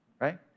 right